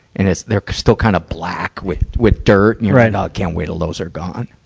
and it's, they're still kind of black with, with dirt. and you're, and can't wait til those are gone.